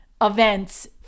events